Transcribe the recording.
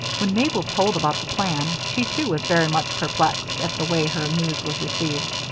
when mabel told about the plan, she too was very much perplexed at the way her news was received.